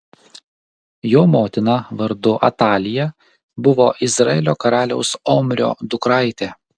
jo motina vardu atalija buvo izraelio karaliaus omrio dukraitė